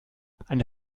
eine